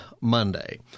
Monday